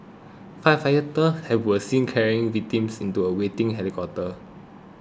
firefighters have were seen carrying victims into a waiting helicopter